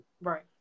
Right